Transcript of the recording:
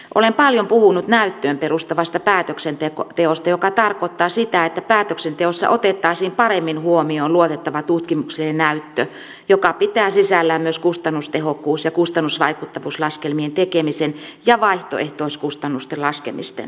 olen paljon puhunut näyttöön perustuvasta päätöksenteosta joka tarkoittaa sitä että päätöksenteossa otettaisiin paremmin huomioon luotettava tutkimuksellinen näyttö joka pitää sisällään myös kustannustehokkuus ja kustannusvaikuttavuuslaskelmien tekemisen ja vaihtoehtoiskustannusten laskemisen